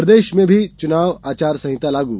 प्रदेश में भी चुनाव आचार संहिता लागू